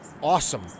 awesome